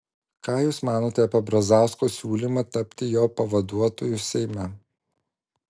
ką jūs manote apie brazausko siūlymą tapti jo pavaduotoju seime